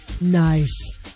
Nice